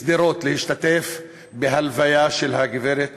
לשדרות להשתתף בהלוויה של הגברת